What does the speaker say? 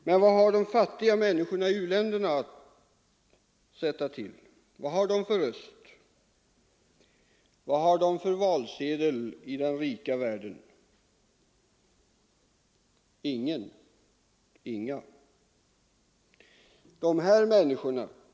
Men vad har de fattiga människorna i u-länderna att sätta till, vad har de för röst, vad har de för valsedel i den rika världen? Ingen!